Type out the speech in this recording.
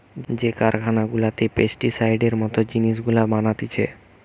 যে কারখানা গুলাতে পেস্টিসাইডের মত জিনিস গুলা বানাতিছে